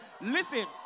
Listen